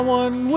one